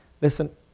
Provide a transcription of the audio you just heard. listen